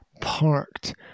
parked